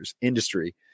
industry